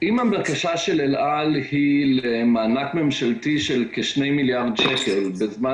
אם הבקשה של אל-על היא למענק ממשלתי של כ-2 מיליארד שקל בזמן